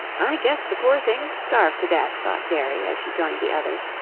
i guess the poor things starved to death, thought jerry as she joined the others,